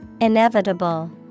Inevitable